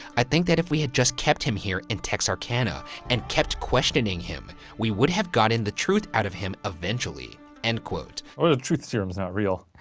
i think that if we had just kept him here in texarkana and kept questioning him, we would have gotten the truth out of him eventually, end quote. well, the truth serum's not real.